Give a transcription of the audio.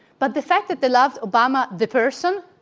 but the fact that they loved obama the person,